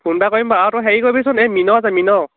phone এটা কৰিম বাৰু আৰু তই হেৰি কৰিবিচোন এই মিন যে মিন